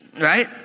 Right